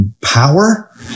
power